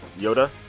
Yoda